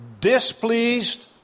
displeased